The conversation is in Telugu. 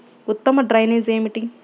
ఉత్తమ డ్రైనేజ్ ఏమిటి?